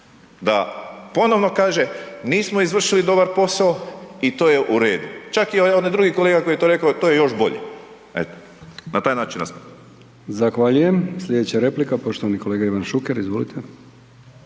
Da ponovno kaže nismo izvršili dobar posao, i to je uredu, čak i onaj drugi kolega koji je to rekao, to je još bolje, eto, na taj način rasprava. **Brkić, Milijan (HDZ)** Zahvaljujem. Slijedeća replika, poštovani kolega Ivan Šuker, izvolite.